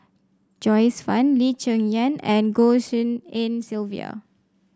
Joyce Fan Lee Cheng Yan and Goh Tshin En Sylvia